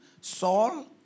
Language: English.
Saul